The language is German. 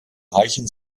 reicht